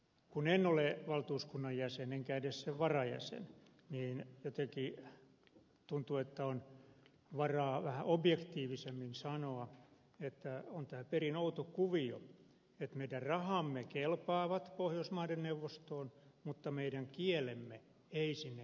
kun en ole valtuuskunnan jäsen enkä edes sen varajäsen niin jotenkin tuntuu että on varaa vähän objektiivisemmin sanoa että on tämä perin outo kuvio että meidän rahamme kelpaavat pohjoismaiden neuvostoon mutta meidän kielemme ei sinne kelpaa